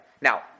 Now